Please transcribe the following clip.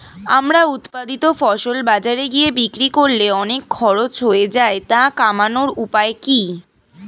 আমার উৎপাদিত ফসল বাজারে গিয়ে বিক্রি করলে অনেক খরচ হয়ে যায় তা কমানোর উপায় কি?